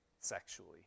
sexually